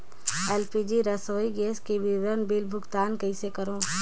LPG रसोई gas के विवरण बिल भुगतान कइसे करों?